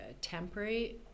temporary